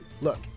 Look